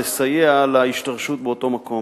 לסייע להשתרשות באותו מקום.